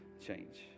change